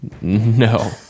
No